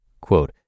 quote